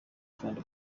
gakondo